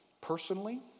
personally